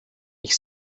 ich